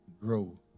Grow